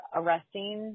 arresting